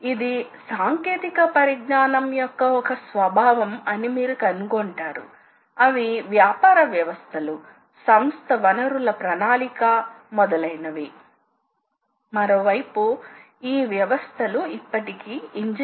కాబట్టి ball screw తిరిగేటప్పుడు ఈ స్లయిడ్ ఈ విధంగా లేదా ఆ విధంగా కదలగలదు స్క్రూ మోషన్ లాగా మరియు ఈ బాల్ స్క్రూ లు చాలా చక్కగా రూపొందించబడ్డాయి అంటే ఖచ్చితమైన కదలిక సృష్టించబడుతుంది